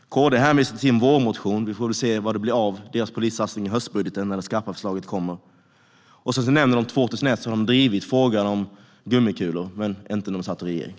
KD hänvisar till sin vårmotion. Vi får väl se vad det blir av deras polissatsning i höstbudgeten, när det skarpa förslaget kommer. De nämnde att de har drivit frågan om gummikulor sedan 2001, men de gjorde det inte när de satt i regeringen.